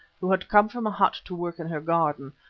who had come from a hut to work in her garden,